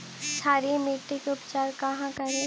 क्षारीय मिट्टी के उपचार कहा करी?